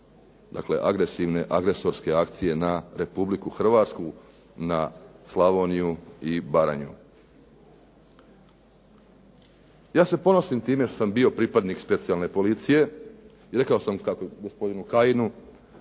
dolaze agresorske akcije na Republiku Hrvatsku, na Slavoniju i Baranju. Ja se ponosim time što sam bio pripadnik Specijalne policije i rekao sam gospodinu Kajinu